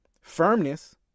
firmness